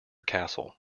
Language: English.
castle